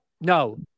No